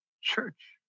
Church